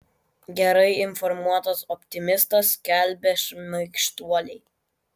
gerai informuotas optimistas skelbia šmaikštuoliai